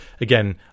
again